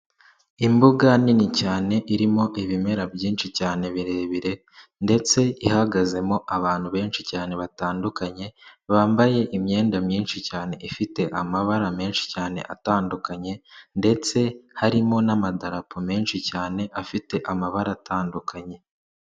Imbuga nini cyane irimo ibimera byinshi cyane birebire ndetse ihagazemo abantu benshi cyane batandukanye, bambaye imyenda myinshi cyane ifite amabara menshi cyane atandukanye ndetse harimo n'amadarapo menshi cyane afite amabara atandukanye.